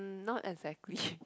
not exactly